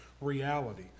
reality